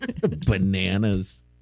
Bananas